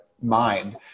mind